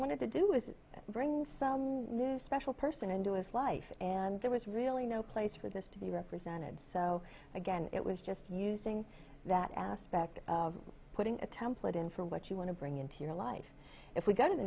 wanted to do was bring some new special person into his life and there was really no place for this to be represented so again it was just using that aspect of putting a template in for what you want to bring into your life if we go to the